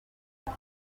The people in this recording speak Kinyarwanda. ati